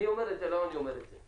למה אני אומר את זה?